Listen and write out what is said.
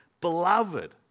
beloved